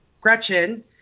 Gretchen